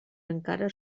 encara